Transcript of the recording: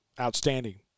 outstanding